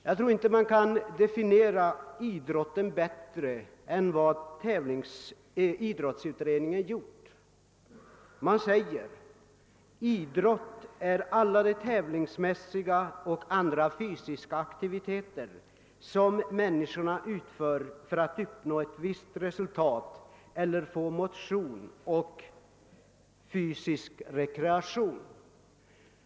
Jag tror inte att man kan definiera begreppet idrott bättre än vad idrottsutredningen har gjort. Utredningen anser att idrott är alla de tävlingsmässiga och andra fysiska aktiviteter som människorna utför för att uppnå ett visst resultat eller för att få motion och fysisk rekreation.